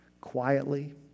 quietly